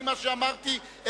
מה שאמרתי,